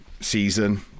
season